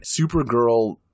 Supergirl